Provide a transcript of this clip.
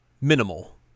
Minimal